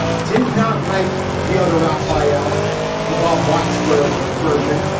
did not like the other rafael the bob wachs berg virgin.